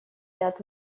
ряд